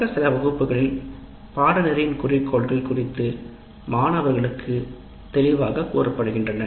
தொடக்க சில வகுப்புகளில் பாடநெறியின் குறிக்கோள்கள் குறித்து மாணவர்களுக்கு தெளிவாக கூறப்படுகின்றன